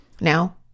Now